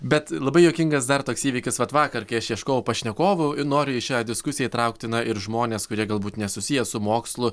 bet labai juokingas dar toks įvykis vat vakar kai aš ieškojau pašnekovų noriu į šią diskusiją įtraukti na ir žmones kurie galbūt nesusiję su mokslu